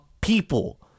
People